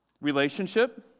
Relationship